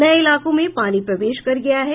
नए इलाकों में पानी प्रवेश कर गया है